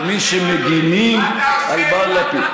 כמי שמגינים על מר לפיד.